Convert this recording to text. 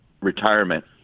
retirement